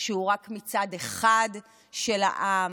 שהוא רק מצד אחד של העם.